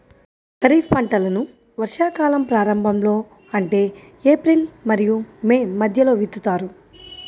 ఖరీఫ్ పంటలను వర్షాకాలం ప్రారంభంలో అంటే ఏప్రిల్ మరియు మే మధ్యలో విత్తుతారు